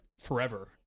Forever